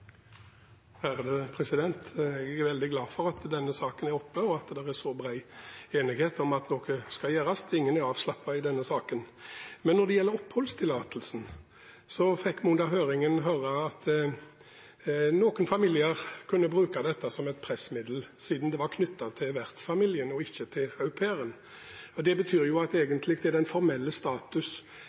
veldig glad for at denne saken er oppe, og for at det er så bred enighet om at noe skal gjøres. Ingen er avslappet når det gjelder denne saken. Men når det gjelder oppholdstillatelsen, fikk vi under høringen høre at noen familier kunne bruke denne som et pressmiddel, siden den var knyttet til vertsfamilien og ikke til au pairen. Det betyr at egentlig er den formelle status